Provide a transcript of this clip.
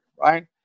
right